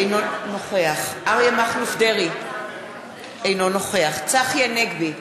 אינו נוכח אריה מכלוף דרעי, אינו נוכח צחי הנגבי,